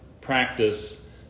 practice